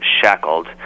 shackled